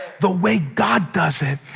the way god does it,